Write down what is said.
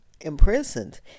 imprisoned